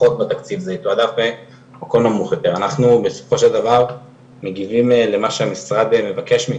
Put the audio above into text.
אנחנו בסופו של דבר מגיבים למה שהמשרד מבקש.